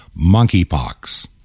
monkeypox